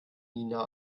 nina